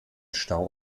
stau